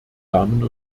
damen